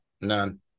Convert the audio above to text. None